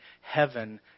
heaven